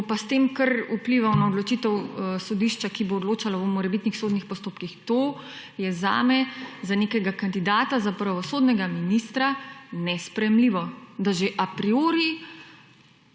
bo pa s tem kar vplival na odločitev sodišča, ki bo odločalo o morebitnih sodnih postopkih. To je zame za nekega kandidata za pravosodnega ministra nesprejemljivo, da že a priori